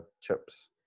chips